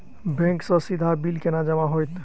Bank सँ सीधा bill केना जमा होइत?